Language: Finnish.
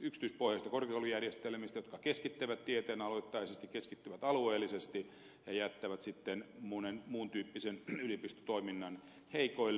yksityispohjaisista korkeakoulujärjestelmistä jotka keskittyvät tieteenaloittaisesti keskittyvät alueellisesti ja jättävät sitten monen muun tyyppisen yliopistotoiminnan heikoille